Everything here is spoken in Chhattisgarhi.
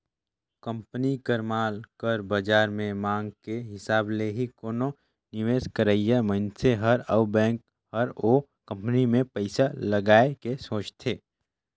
कंपनी कर माल कर बाजार में मांग के हिसाब ले ही कोनो निवेस करइया मनइसे हर अउ बेंक हर ओ कंपनी में पइसा लगाए के सोंचथे